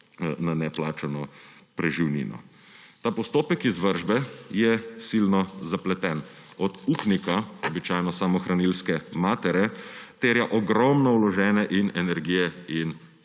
na neplačano preživnino. Ta postopek izvršbe je silno zapleten. Od upnika, običajno samohranilske matere, terja ogromno vložene energije in